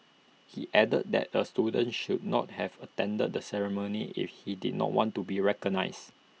he added that the student should not have attended the ceremony if he did not want to be recognised